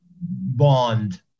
Bond